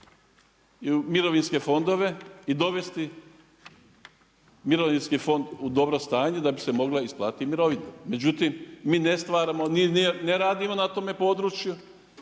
u mirovinske fondove i dovesti mirovinski fond u dobro stanje da bi se mogla isplatiti mirovina. Međutim, mi ne stvaramo, ne radimo na tome području.